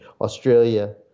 Australia